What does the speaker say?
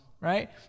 right